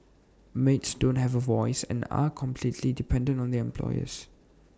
maids don't have A voice and are completely dependent on their employers